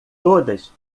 todas